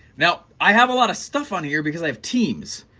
now i have a lot of stuff on here because i have teams,